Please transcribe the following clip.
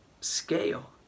scale